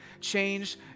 change